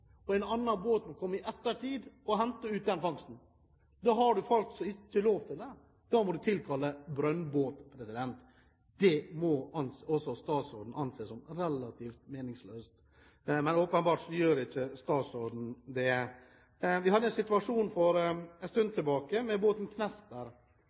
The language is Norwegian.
og en annen båt må komme i ettertid og hente ut fangsten, har man faktisk ikke lov til det. Da må man tilkalle brønnbåt. Det må også statsråden anse som relativt meningsløst, men åpenbart gjør ikke statsråden det. Det var en situasjon for